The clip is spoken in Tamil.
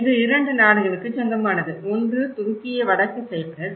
இது இரண்டு நாடுகளுக்கு சொந்தமானது ஒன்று துருக்கிய குடியரசான வடக்கு சைப்ரஸ்